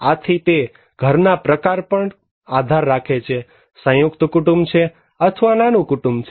આથી તે ઘરના પ્રકાર પર પણ આધાર રાખે છે સંયુક્ત કુટુંબ છે અથવા નાનુ કુટુંબ છે